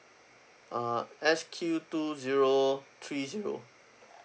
uh S Q two zero three zero